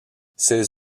ces